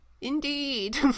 Indeed